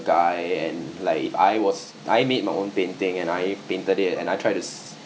guy and like I was I made my own painting and I painted it and I try to